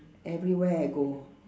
everywhere I go